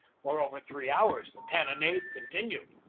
for over three hours the cannonade continued,